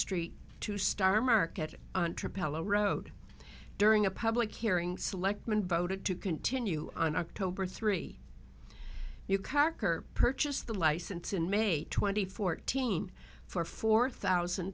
street to star market road during a public hearing selectmen voted to continue on october three you cocker purchased the license in may twenty fourteen for four thousand